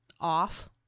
off